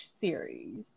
series